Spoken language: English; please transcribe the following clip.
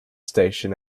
station